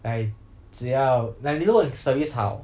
I 只要 like you know service 好